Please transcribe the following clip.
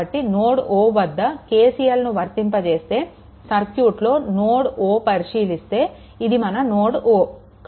కాబట్టి node O వద్ద KCLను వర్తింపజేస్తే సర్క్యూట్లో నోడ్ O పరిశీలిస్తే ఇది మన నోడ్ O